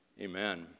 Amen